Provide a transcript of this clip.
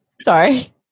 Sorry